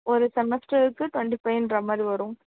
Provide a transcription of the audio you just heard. ஒரு செமஸ்ட்டருக்கு ட்வெண்ட்டி ஃபைவ்ன்ற மாதிரி வரும்